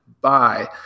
bye